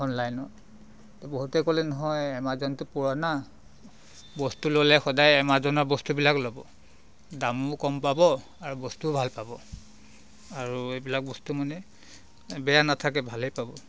অনলাইনত ত' বহুতে ক'লে নহয় এমাজনটো পুৰণা বস্তু ল'লে সদায় এমাজনৰ বস্তুবিলাক ল'ব দামো কম পাব আৰু বস্তুও ভাল পাব আৰু এইবিলাক বস্তু মানে বেয়া নাথাকে ভালেই পাব